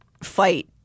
fight